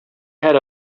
had